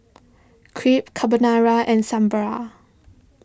Crepe Carbonara and Sambar